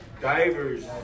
Divers